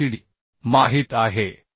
गुणिले FCD माहित आहे